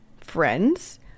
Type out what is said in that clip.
friends